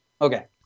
okay